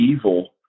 evil